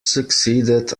succeeded